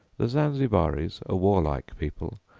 the zanzibaris, a warlike people,